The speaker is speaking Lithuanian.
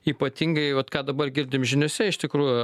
ypatingai vat ką dabar girdim žiniose iš tikrųjų